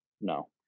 No